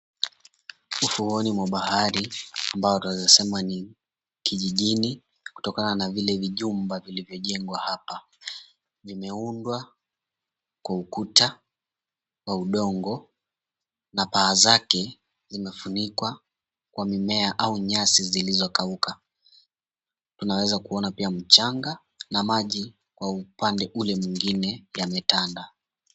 Ufuoni mwa bahari ambao twaweza sema ni kijijini kutokana na vile vijumba vilivyojengwa hapa. Vimeundwa kwa ukuta wa udongo na paa zake zimefunikwa kwa mimea au nyasi zilizokauka. Tunaweza kuona pia mchanga na maji kwa upande ule mwingine yametanda.